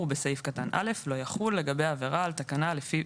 בסעיף קטן (א) לא יחול לגבי עבירה על תקנה לפי